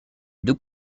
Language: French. deux